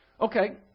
Okay